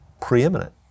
preeminent